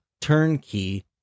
turnkey